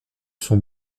son